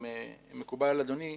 אם מקובל על אדוני,